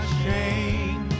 shame